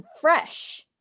fresh